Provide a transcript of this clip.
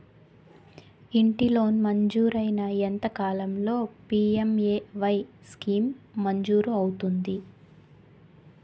ఇంటి లోన్ మంజూరైన ఎంత కాలంలో పి.ఎం.ఎ.వై స్కీమ్ మంజూరు అవుతుంది?